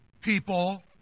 people